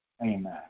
Amen